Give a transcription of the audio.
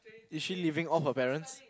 is she living off her parents